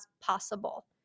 possible